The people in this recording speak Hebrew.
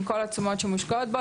עם כל התשומות שמושקעות בו,